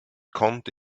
konnte